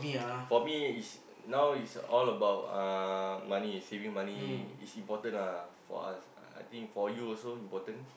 for me is now is all about uh money saving money it's important ah for us I think for you also important